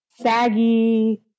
saggy